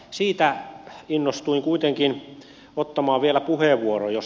siitä innostuin kuitenkin ottamaan vielä puheenvuoron